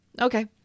Okay